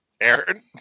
Aaron